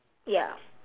ya